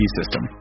system